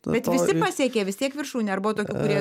bet visi pasiekė vistiek viršūnę ar buvo tokių kurie